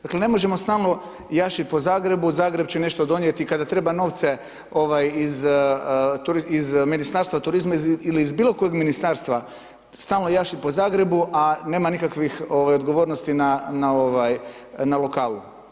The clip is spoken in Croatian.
Dakle ne možemo stalno jašiti po Zagrebu, Zagreb će nešto donijeti, kada treba novce iz Ministarstva turizma ili iz bilo kojeg ministarstva, stalno jašiti po Zagrebu a nema nikakvih odgovornosti na lokalu.